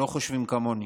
שלא חושבים כמוני,